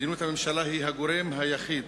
מדיניות הממשלה היא הגורם היחיד